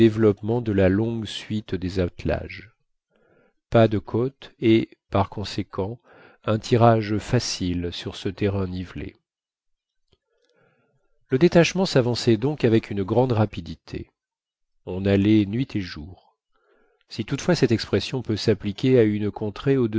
développement de la longue suite des attelages pas de côtes et par conséquent un tirage facile sur ce terrain nivelé le détachement s'avançait donc avec une grande rapidité on allait nuit et jour si toutefois cette expression peut s'appliquer à une contrée